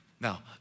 Now